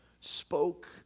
spoke